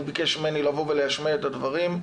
ביקש ממני לבוא ולהשמיע את הדברים,